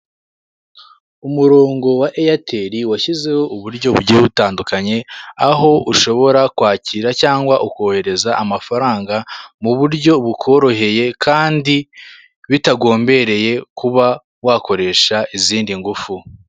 Umurongo wa Airtel washyizeho uburyo bugiye butandukanye aho ushobora kwakira cyangwa ukohereza amafaranga mu buryo bukoroheye kandi bitagombereye kuba wakoresha izindi ngufu.